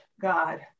God